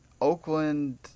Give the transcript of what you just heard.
Oakland